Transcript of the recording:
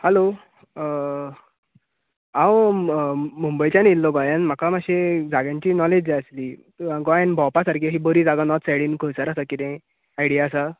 hello हांव मुंबयच्यान आयल्लो गोंयान म्हाका मातशें जाग्यांची नोलेज जाय आसली गोंयान भोवपा सारकी अशी नोर्थ सायडीन खंयसर आसा कितें आयड्या आसा